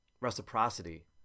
reciprocity